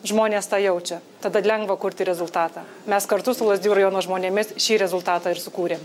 žmonės tą jaučia tada lengva kurti rezultatą mes kartu su lazdijų rajono žmonėmis šį rezultatą ir sukūrėm